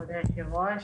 אדוני היושב-ראש,